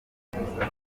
ingagi